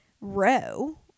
row